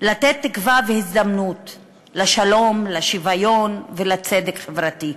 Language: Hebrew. לתת תקווה והזדמנות לשלום, לשוויון ולצדק חברתי.